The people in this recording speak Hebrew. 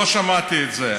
לא שמעתי את זה.